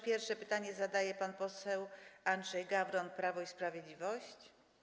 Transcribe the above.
Pierwszy pytanie zadaje pan poseł Andrzej Gawron, Prawo i Sprawiedliwość.